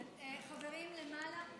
חברים למעלה,